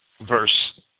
verse